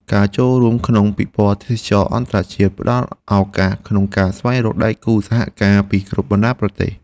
ការចូលរួមក្នុងពិព័រណ៍ទេសចរណ៍អន្តរជាតិផ្តល់ឱកាសក្នុងការស្វែងរកដៃគូសហការពីគ្រប់បណ្តាប្រទេស។